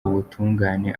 ubutungane